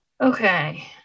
Okay